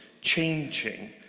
changing